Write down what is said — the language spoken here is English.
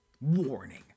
Warning